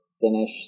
finish